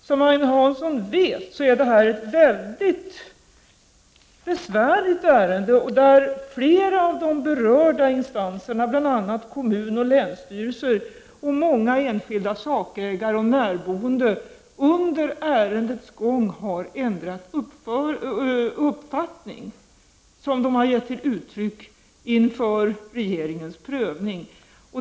Som Agne Hansson vet, är det här ett mycket besvärligt ärende, där flera av de berörda instanserna, bl.a. kommuner och länsstyrelser och många enskildas sakägare och närboende, under ärendets gång har ändrat den uppfattning som de har gett uttryck för inför regeringens prövning.